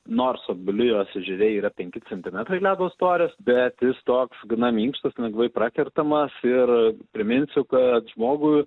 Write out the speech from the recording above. nors obelijos ežere yra penki centimetrai ledo storis bet jis toks gana minkštas lengvai prakertamas ir priminsiu kad žmogui